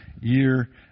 year